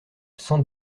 cent